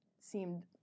seemed